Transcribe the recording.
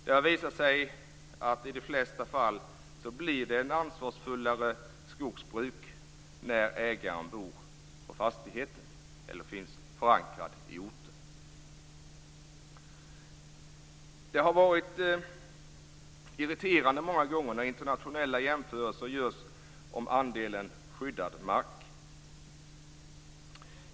Det har visat sig att det i de flesta fall blir ett ansvarsfullare skogsbruk när ägaren bor på fastigheten eller har en förankring på orten. Det har varit irriterande många gånger när internationella jämförelser görs om andelen skyddad mark.